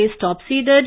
top-seeded